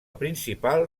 principal